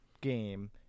game